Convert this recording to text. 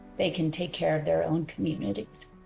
they can take care of their own communities